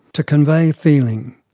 to convey feeling.